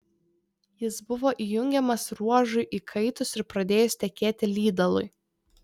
jis buvo įjungiamas ruožui įkaitus ir pradėjus tekėti lydalui